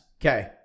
Okay